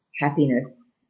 happiness